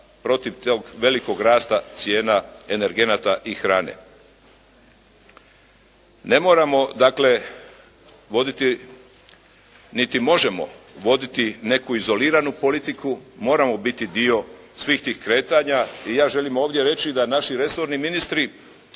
protiv tog velikog rasta cijena energenata i hrane. Ne moramo dakle, voditi, niti možemo voditi neku izoliranu politiku moramo biti dio svih tih kretanja i ja želim ovdje reći da naši resorni ministri